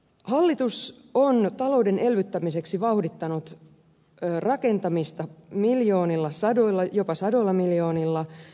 hallitus on talouden elvyttämiseksi vauhdittanut rakentamista miljoonilla jopa sadoilla miljoonilla